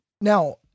Now